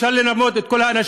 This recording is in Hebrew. אפשר לרמות את כל האנשים